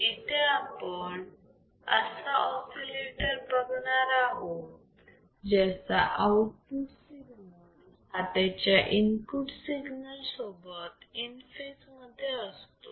इथे आपण असा ऑसिलेटर बघणार आहोत ज्याचा आउटपुट सिग्नल हा त्याच्या इनपुट सिग्नल सोबत इन फेज मध्ये असतो